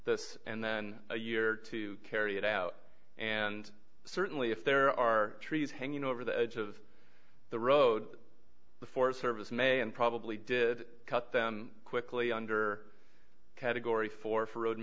this and then a year to carry it out and certainly if there are trees hanging over the edge of the road the forest service may and probably did cut down quickly under category four for road